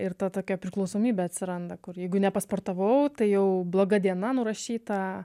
ir ta tokia priklausomybė atsiranda kur jeigu nepasportavau tai jau bloga diena nurašyta